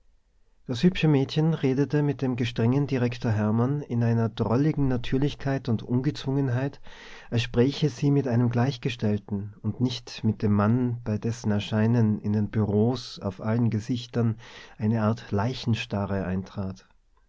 das hübsche mädchen redete mit dem gestrengen direktor hermann in einer drolligen natürlichkeit und ungezwungenheit als spräche sie mit einem gleichgestellten und nicht mit dem mann bei dessen erscheinen in den bureaus auf allen gesichtern eine art leichenstarre eintrat